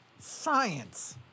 Science